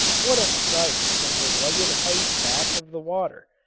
what a sight from the rugged height back of the water!